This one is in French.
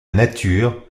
nature